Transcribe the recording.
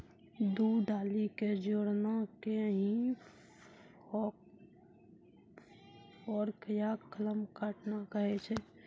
दू डाली कॅ जोड़ना कॅ ही फोर्क या कलम काटना कहै छ